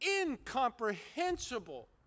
incomprehensible